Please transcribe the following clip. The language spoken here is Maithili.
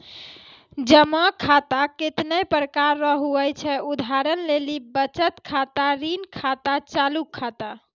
जमा खाता कतैने प्रकार रो हुवै छै उदाहरण लेली बचत खाता ऋण खाता चालू खाता